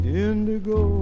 indigo